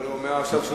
גוי זה רק שם,